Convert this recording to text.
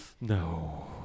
No